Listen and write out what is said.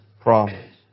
promise